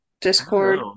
discord